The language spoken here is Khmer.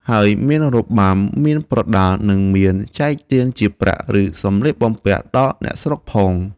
ហើយមានរបាំ មានប្រដាល់ និងមានចែកទានជាប្រាក់ ឬសំលៀកបំពាក់ដល់អ្នកស្រុកផង ។